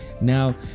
now